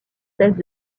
thèse